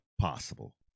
possible